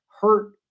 hurt